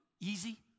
Easy